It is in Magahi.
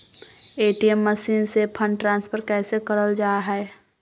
ए.टी.एम मसीन से फंड ट्रांसफर कैसे करल जा है?